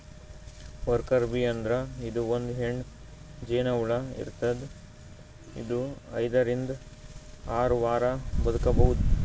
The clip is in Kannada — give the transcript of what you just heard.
ವರ್ಕರ್ ಬೀ ಅಂದ್ರ ಇದು ಒಂದ್ ಹೆಣ್ಣ್ ಜೇನಹುಳ ಇರ್ತದ್ ಇದು ಐದರಿಂದ್ ಆರ್ ವಾರ್ ಬದ್ಕಬಹುದ್